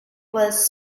was